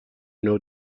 know